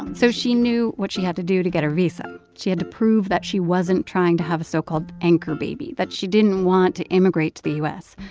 so she knew what she had to do to get a visa. she had to prove that she wasn't trying to have a so-called anchor baby that she didn't want to immigrate to the u s.